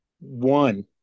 One